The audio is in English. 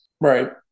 Right